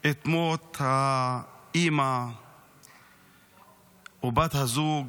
את מות האימא ובת הזוג,